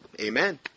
Amen